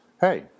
Hey